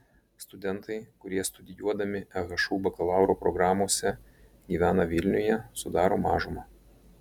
studentai kurie studijuodami ehu bakalauro programose gyvena vilniuje sudaro mažumą